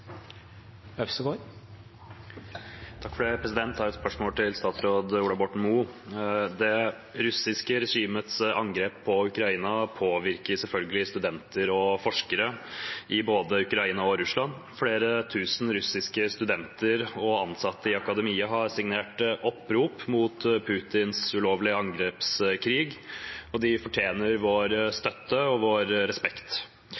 Jeg har et spørsmål til statsråd Ola Borten Moe. Det russiske regimets angrep på Ukraina påvirker selvfølgelig studenter og forskere både i Ukraina og Russland. Flere tusen russiske studenter og ansatte i akademia har signert opprop mot Putins ulovlige angrepskrig, og de fortjener vår støtte og vår respekt.